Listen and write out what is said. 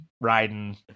riding